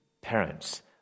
Parents